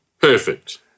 Perfect